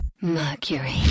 Mercury